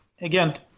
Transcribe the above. again